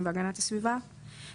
בחוק הדיור הציבורי (זכויות רכישה),